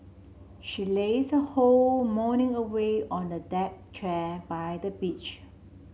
she lazed her whole morning away on a deck chair by the beach